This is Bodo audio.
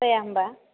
जाया होनबा